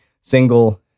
single